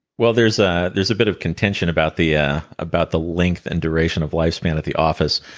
well, there's ah there's a bit of contention about the yeah about the length and duration of lifespan at the office.